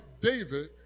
David